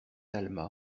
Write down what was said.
talma